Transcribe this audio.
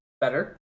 better